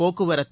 போக்குவரத்து